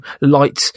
light